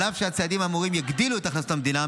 על אף שהצעדים האמורים יגדילו את הכנסות המדינה,